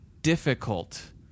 difficult